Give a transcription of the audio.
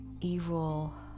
evil